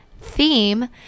theme